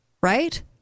Right